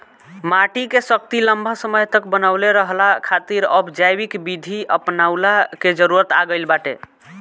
माटी के शक्ति लंबा समय तक बनवले रहला खातिर अब जैविक विधि अपनऊला के जरुरत आ गईल बाटे